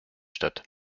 statt